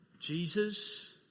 Jesus